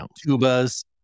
Tubas